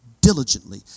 diligently